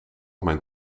mijn